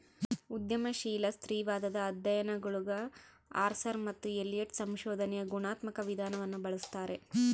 ಉದ್ಯಮಶೀಲ ಸ್ತ್ರೀವಾದದ ಅಧ್ಯಯನಗುಳಗಆರ್ಸರ್ ಮತ್ತು ಎಲಿಯಟ್ ಸಂಶೋಧನೆಯ ಗುಣಾತ್ಮಕ ವಿಧಾನವನ್ನು ಬಳಸ್ತಾರೆ